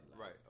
right